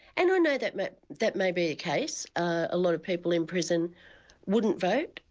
and know that may that may be the case, a lot of people in prison wouldn't vote,